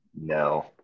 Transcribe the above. No